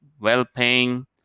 well-paying